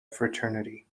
fraternity